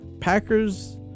Packers